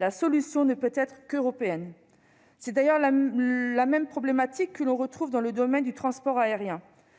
La solution ne peut être qu'européenne. C'est d'ailleurs la même problématique que l'on retrouve dans le domaine du transport aérien.